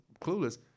clueless